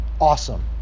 Awesome